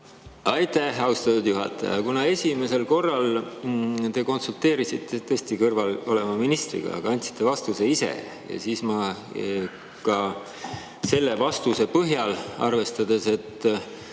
Aitäh, austatud juhataja! Kuna esimesel korral te konsulteerisite tõesti kõrval oleva ministriga, aga andsite vastuse ise, siis ma selle vastuse põhjal, arvestades, et